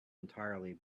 entirely